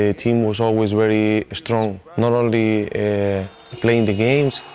ah team was always very strong. not only playing the games,